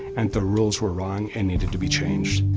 and the rules were wrong and needed to be changed.